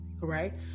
right